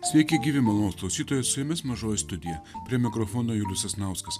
sveiki gyvi malonūs klausytojai su jumis mažoji studija prie mikrofono julius sasnauskas